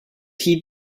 heed